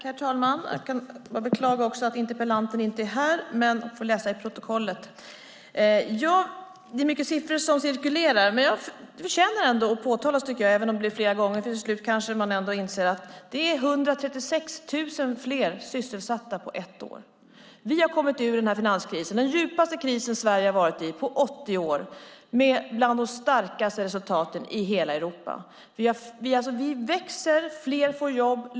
Herr talman! Jag kan också bara beklaga att interpellanten inte är här, men hon får läsa i protokollet. Det är mycket siffror som cirkulerar. Men detta förtjänar att påpekas, tycker jag, även om det blir flera gånger. Till slut kanske man ändå inser att det är 136 000 fler sysselsatta på ett år. Vi har kommit ur den här finanskrisen, den djupaste krisen Sverige har varit i på 80 år, med bland de starkaste resultaten i hela Europa. Vi växer. Fler får jobb.